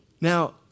Now